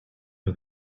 are